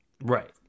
Right